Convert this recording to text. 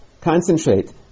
concentrate